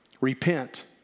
Repent